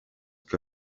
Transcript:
que